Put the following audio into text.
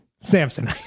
Samson